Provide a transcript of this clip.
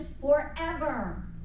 forever